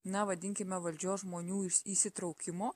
na vadinkime valdžios žmonių įsitraukimo